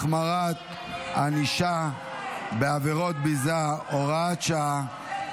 החמרת ענישה בעבירות ביזה) (הוראת שעה),